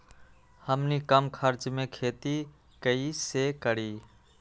हमनी कम खर्च मे खेती कई से करी?